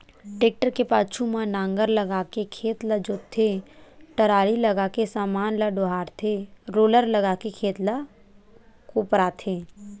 tractor के पाछू म नांगर लगाके खेत ल जोतथे, टराली लगाके समान ल डोहारथे रोलर लगाके खेत ल कोपराथे